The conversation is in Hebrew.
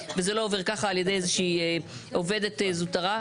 וזה לא עובר ככה על ידי איזושהי עובדת או עובד זוטרה.